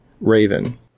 Raven